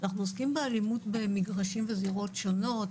אנחנו עוסקים באלימות במגרשים וזירות שונות,